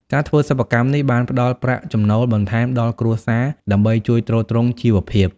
ការធ្វើសិប្បកម្មនេះបានផ្តល់ប្រាក់ចំណូលបន្ថែមដល់គ្រួសារដើម្បីជួយទ្រទ្រង់ជីវភាព។